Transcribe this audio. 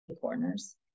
corners